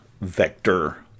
vector